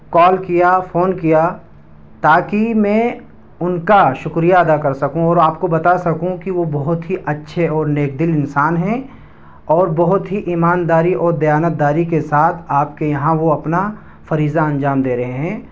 کال کیا فون کیا تاکہ میں ان کا شکریہ ادا کر سکوں اور آپ کو بتا سکوں کہ وہ بہت ہی اچھے اور نیک دل انسان ہیں اور بہت ہی ایمانداری اور دیانتداری کے ساتھ آپ کے یہاں وہ اپنا فریضہ انجام دے رہے ہیں